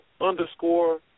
underscore